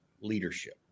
leadership